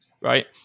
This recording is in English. right